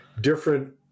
different